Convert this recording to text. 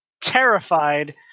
terrified